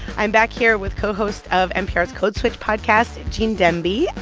i'm back here with co-host of npr's code switch podcast, gene demby,